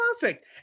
perfect